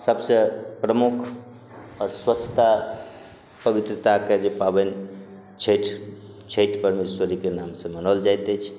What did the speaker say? सबसे प्रमुख आओर स्वच्छता पवित्रताके जे पावनि छठी छठि परमेश्वरीके नामसँ मानल जाइत अछि